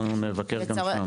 אנחנו נבקר גם שם.